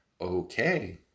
Okay